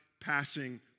passing